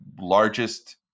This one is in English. largest